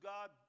God